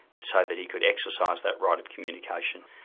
so that he could exercise that right of communication.